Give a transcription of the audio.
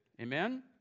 Amen